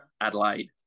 Adelaide